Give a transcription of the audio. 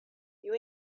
you